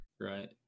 Right